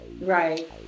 right